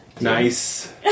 nice